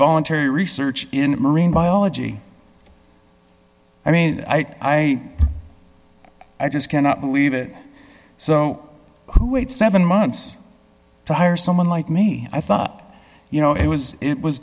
voluntary research in marine biology i mean i i just cannot believe it so who wait seven months to hire someone like me i thought you know it was it was